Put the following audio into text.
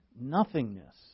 nothingness